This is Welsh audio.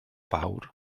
fawr